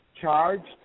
charged